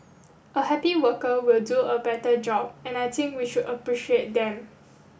a happy worker will do a better job and I think we should appreciate them